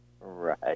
Right